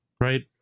right